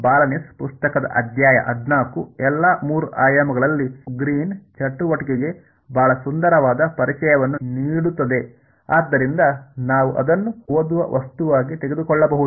ಬಾಲನಿಸ್ ಪುಸ್ತಕದ ಅಧ್ಯಾಯ 14 ಎಲ್ಲಾ ಮೂರು ಆಯಾಮಗಳಲ್ಲಿ ಗ್ರೀನ್ನ ಕಾರ್ಯಚಟುವಟಿಕೆಗೆ ಬಹಳ ಸುಂದರವಾದ ಪರಿಚಯವನ್ನು ನೀಡುತ್ತದೆ ಆದ್ದರಿಂದ ನಾವು ಅದನ್ನು ಓದುವ ವಸ್ತುವಾಗಿ ತೆಗೆದುಕೊಳ್ಳಬಹುದು